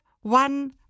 one